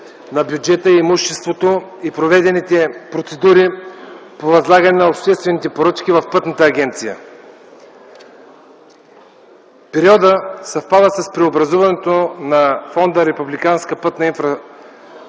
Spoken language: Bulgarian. на бюджета, имуществото и проведените процедури по възлагане на обществените поръчки в Пътната агенция. Периодът съвпада с преобразуването на Фонда „Републиканска пътна